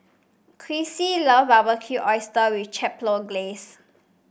Chrissie love Barbecued Oyster with Chipotle Glaze